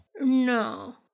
No